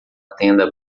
tenda